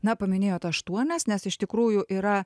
na paminėjot aštuonias nes iš tikrųjų yra